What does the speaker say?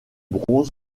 bronze